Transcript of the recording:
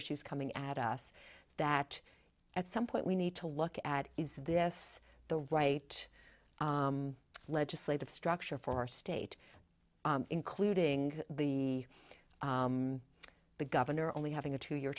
issues coming at us that at some point we need to look at is this the right legislative structure for our state including the governor only having a two year